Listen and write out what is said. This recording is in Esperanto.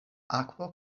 akvo